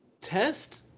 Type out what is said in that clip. Test